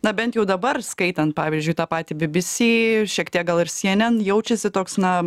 na bent jau dabar skaitant pavyzdžiui tą patį bbc šiek tiek gal ir cnn jaučiasi toks na